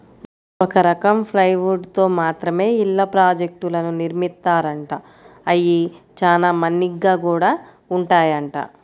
ఒక రకం ప్లైవుడ్ తో మాత్రమే ఇళ్ళ ప్రాజెక్టులను నిర్మిత్తారంట, అయ్యి చానా మన్నిగ్గా గూడా ఉంటాయంట